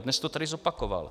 A dnes to tady zopakoval.